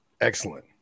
Excellent